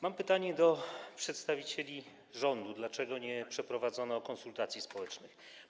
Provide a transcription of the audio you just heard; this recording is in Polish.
Mam pytanie do przedstawicieli rządu: Dlaczego nie przeprowadzono konsultacji społecznych?